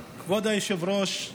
היושב-ראש,